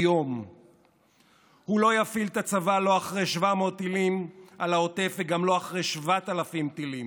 מונה לא אחר מאשר בצלאל סמוטריץ'